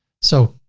so,